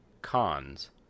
Cons